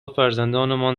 فرزندانمان